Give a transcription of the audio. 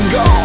go